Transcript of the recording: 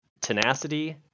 Tenacity